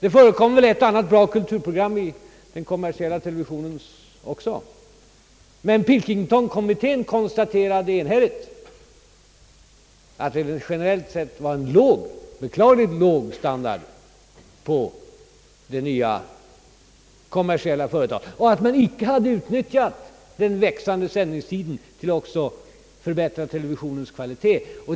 Det förekommer väl ett och annat bra kulturprogram i den kommersiella televisionen också, men Pilkingtonkommittén konstaterade enhälligt att det generellt sett var en beklagligt låg standard på det nya kommersiella företagets program och att man icke hade utnyttjat den växande sändningstiden till att även förbättra utsändningarnas kvalitet.